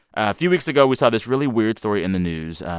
a few weeks ago, we saw this really weird story in the news.